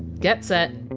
get set,